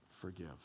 forgive